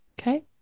okay